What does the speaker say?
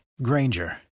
Granger